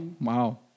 Wow